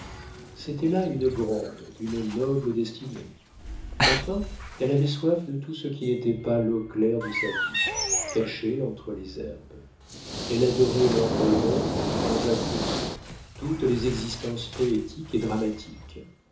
c'était là une grande une noble destinée enfin elle avait soif de tout ce qui n'était pas l'eau claire de sa vie cachée entre les herbes elle adorait lord byron jean-jacques rousseau toutes les existences poétiques et dramatiques